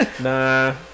Nah